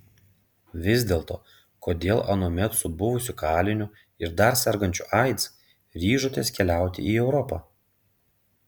vis dėlto kodėl anuomet su buvusiu kaliniu ir dar sergančiu aids ryžotės keliauti į europą